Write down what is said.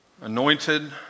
anointed